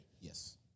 yes